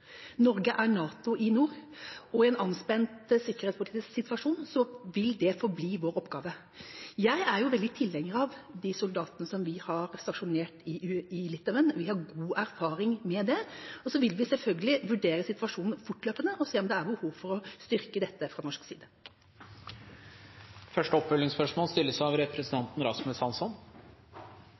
Norge er NATO i nord, og i en anspent sikkerhetspolitisk situasjon vil det forbli vår oppgave. Jeg er veldig tilhenger av de soldatene som vi har stasjonert i Litauen, vi har god erfaring med det. Så vil vi selvfølgelig vurdere situasjonen fortløpende for å se om det er behov for å styrke dette fra norsk side. Rasmus Hansson – til oppfølgingsspørsmål.